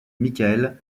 michael